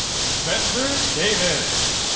spencer davis.